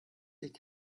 nicht